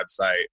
website